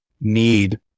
need